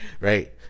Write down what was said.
Right